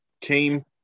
came